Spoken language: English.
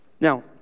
Now